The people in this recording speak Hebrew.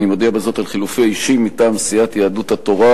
אני מודיע בזאת על חילופי אישים מטעם סיעת יהדות התורה,